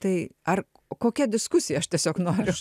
tai ar kokia diskusija aš tiesiog noriu